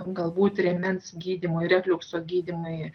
galbūt rėmens gydymui refliukso gydymui